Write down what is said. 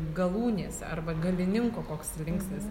galūnės arba galininko koks linksnis